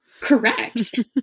Correct